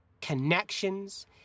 connections